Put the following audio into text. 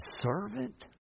servant